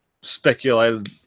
speculated